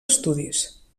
estudis